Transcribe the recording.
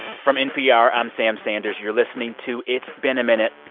from npr, i'm sam sanders, you're listening to it's been a minute.